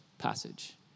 passage